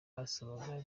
basabaga